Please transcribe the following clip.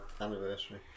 anniversary